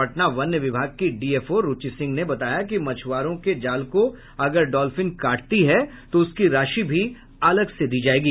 पटना वन्य विभाग की डीएफओ रूचि सिंह ने बताया कि मछुआरों के जाल को अगर डाल्फिन काटती है तो उसकी राशि भी अलग से दी जायेगी